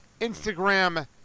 Instagram